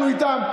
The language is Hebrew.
אנחנו איתם.